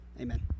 Amen